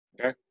okay